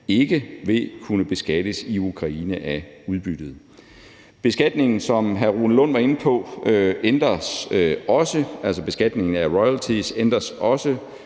ikke vil kunne beskattes i Ukraine af udbyttet. Beskatningen af royalties ændres, som hr. Rune Lund var inde på, også.